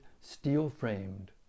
steel-framed